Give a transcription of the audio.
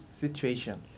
situation